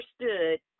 understood